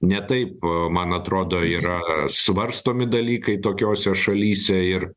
ne taip man atrodo yra svarstomi dalykai tokiose šalyse ir